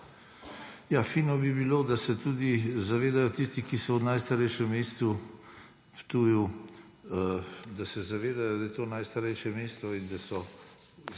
Ja, fino bi bilo, da se tudi zavedajo tisti, ki so v najstarejšem mestu, na Ptuju, da je to najstarejše mesto in da so